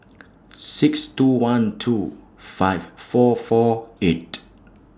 six two one two five four four eight